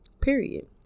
period